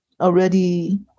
already